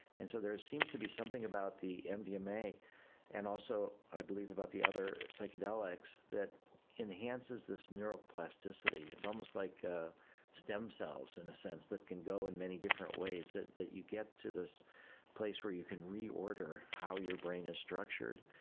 and so there seems to be something about the mdma and also i believe about the other psychedelics that enhances this neuroplasticity. it's almost like ah stem cells, in a sense, that can go in many different ways that that you get to this place where you can reorder how your brain is structured,